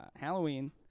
Halloween